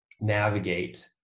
navigate